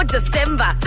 December